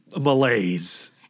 malaise